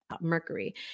Mercury